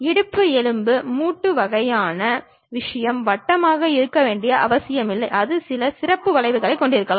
இடுப்பு எலும்பு மூட்டு வகையான விஷயம் வட்டமாக இருக்க வேண்டிய அவசியமில்லை அது சில சிறப்பு வளைவுகளைக் கொண்டிருக்கலாம்